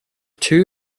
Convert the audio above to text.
two